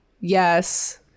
yes